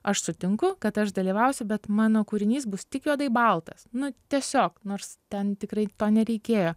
aš sutinku kad aš dalyvausiu bet mano kūrinys bus tik juodai baltas nu tiesiog nors ten tikrai to nereikėjo